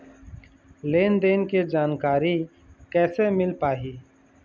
लेन देन के जानकारी कैसे मिल पाही?